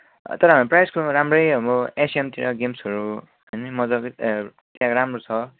तर हाम्रो प्रायः स्कुलमा राम्रै एसएएमतिर गेम्सहरू होइन मजाकै त्यहाँ राम्रो छ